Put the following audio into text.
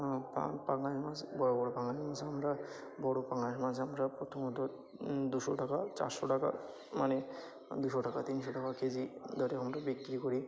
পাঙাশ মাছ বড় বড় পাঙাশ মাছ আমরা বড় পাঙাশ মাছ আমরা প্রথমত দুশো টাকা চারশো টাকা মানে দুশো টাকা তিনশো টাকা কেজি ধরে আমরা বিক্রি করি